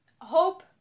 Hope